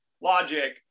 logic